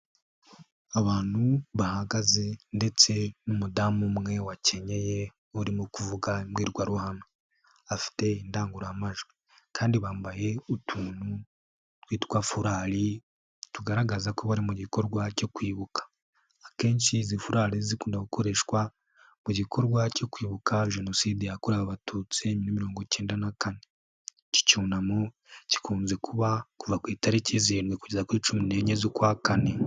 Abantu bahagaze ndetse n'umudamu umwe wakenyeye urimo kuvuga imbwirwaruhame, afite indangururamajwi kandi bambaye utuntu twitwa furali tugaragaza ko bari mu gikorwa cyo kwibuka. Akenshi izi furale zikunda gukoreshwa mu gikorwa cyo kwibuka jenoside yakorewe abatutsi muri mirongo icyenda na kane. Iki cyunamo gikunze kuba kuva ku itariki zirindwi kugeza kuri cumi n'enye z'ukwa kane.